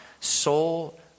soul